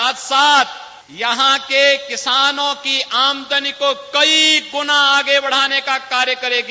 साथ साथ यहां के किसानों की आमदनी को कई गुना आगे बढ़ाने का कार्य करेगी